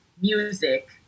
music